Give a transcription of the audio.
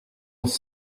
was